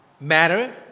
matter